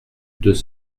deux